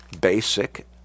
basic